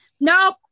Nope